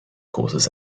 courses